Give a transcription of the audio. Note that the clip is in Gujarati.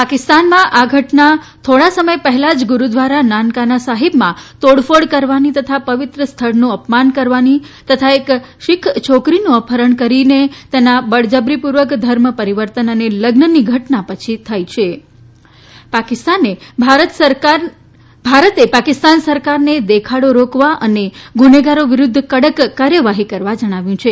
પાકિસ્તાનમાં આ ઘટના થોડા સમય પહેલા જ ગુરૂદ્વારા નનકાના સાહિબમાં તોડ ફોડ કરવા અને પવિત્ર સ્થળનું અપમાન કરવા તથા એક સિખ છોકરીનું અપહરણ કરીને તેના બળજબરી પૂર્વકના ધર્મ પરિવર્તન અને લઝની ઘટના પછી થઇ છે ભારતે પાકિસ્તાન સરકારને દેખાડો રોકવા અને ગુનેગારો વિરુધ્ધ કડક કાર્યવાહી કરવા કહ્યું છે